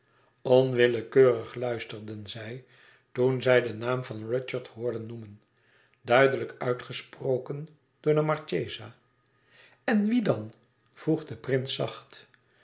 onwillekeurig luisterden zij toen zij den naam van rudyard hoorden noemen duidelijk uitgesproken door de marchesa en wie dan vroeg de prins zacht